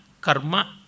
Karma